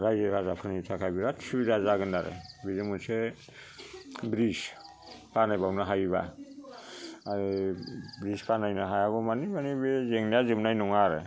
रायजो राजाफोरनि थाखाय बिराथ सुबिदा जागोन आरो बिजों मोनसे ब्रिडस बानायबावनो हायोबा आरो ब्रिडस बानायनो हायागौमानि मानि बे जेंनाया जोबनाय नङा आरो